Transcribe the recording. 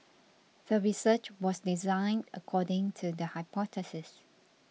the research was designed according to the hypothesis